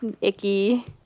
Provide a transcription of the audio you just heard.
icky